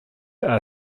are